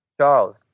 Charles